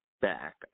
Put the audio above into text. back